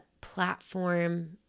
platform